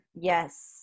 Yes